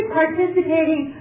participating